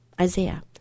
Isaiah